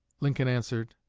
lincoln answered,